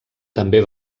també